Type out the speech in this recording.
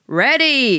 ready